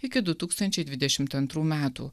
iki du tūkstančiai dvidešimt antrų metų